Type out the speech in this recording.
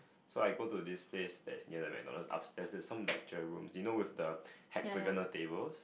so I go to this place that is near the McDonald upstairs there's some lecture rooms do you know with the hexagonal tables